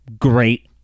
great